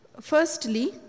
Firstly